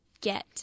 get